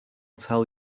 tell